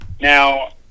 Now